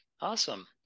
Awesome